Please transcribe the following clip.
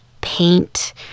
paint